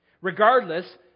Regardless